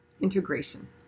integration